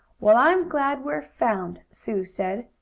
well, i'm glad we're found, sue said.